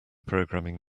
programming